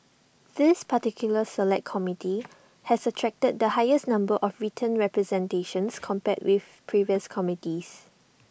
this particular Select Committee has attracted the highest number of written representations compared with previous committees